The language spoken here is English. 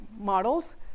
models